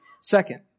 Second